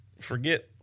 forget